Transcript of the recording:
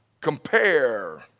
compare